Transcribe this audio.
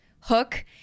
hook